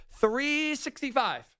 365